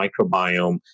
microbiome